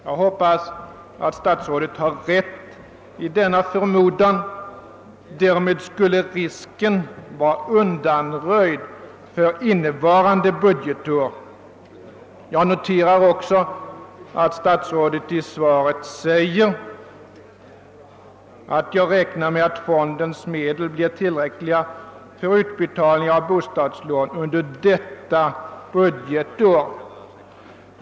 Jag hoppas att statsrådet har rätt i denna förmodan. Därmed skulle risken vara undanröjd för innevarande budgetår. Jag noterar också att statsrådet säger i svaret att han räknar med »att fondens medel blir tillräckliga för utbetalningar av bostadslån under detta budgetår».